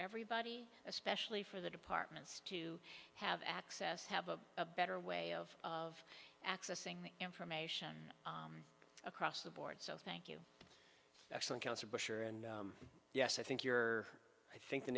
everybody especially for the departments to have access have a a better way of of accessing the information across the board so thank you excellent house or bush or and yes i think you're i think the